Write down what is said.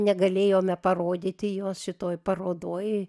negalėjome parodyti jos šitoj parodoj